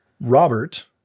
Robert